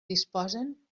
disposen